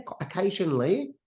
occasionally